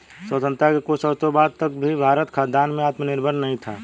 स्वतंत्रता के कुछ वर्षों बाद तक भी भारत खाद्यान्न में आत्मनिर्भर नहीं था